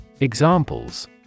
Examples